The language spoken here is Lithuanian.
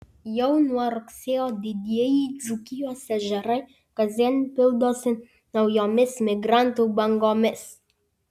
jau nuo rugsėjo didieji dzūkijos ežerai kasdien pildosi naujomis migrantų bangomis